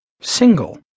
Single